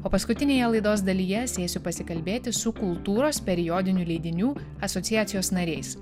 o paskutinėje laidos dalyje sėsiu pasikalbėti su kultūros periodinių leidinių asociacijos nariais